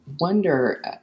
wonder